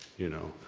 you know,